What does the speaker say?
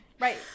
Right